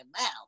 mouth